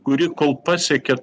kuri kol pasiekė